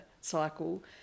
cycle